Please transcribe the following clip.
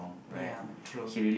ya true